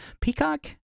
Peacock